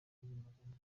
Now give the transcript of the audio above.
maganatatu